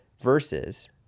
versus